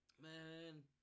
man